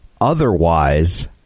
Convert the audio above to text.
otherwise